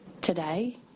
today